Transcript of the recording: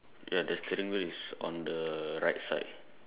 ya the steering wheel is on the right side